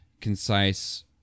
concise